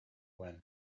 when